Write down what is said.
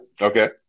Okay